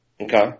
Okay